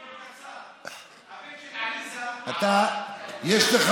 אוסאמה, יש לך